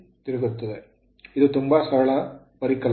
ಇದು ತುಂಬಾ ಸರಳ ಪರಿಕಲ್ಪನೆ